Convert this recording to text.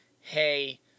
hey